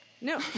No